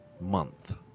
Month